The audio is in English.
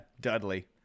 Dudley